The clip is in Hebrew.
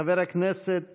חבר הכנסת